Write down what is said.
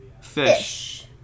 fish